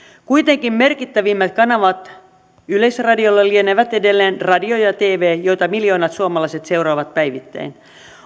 kuitenkin merkittävimmät kanavat yleisradiolla lienevät edelleen radio ja tv joita miljoonat suomalaiset seuraavat päivittäin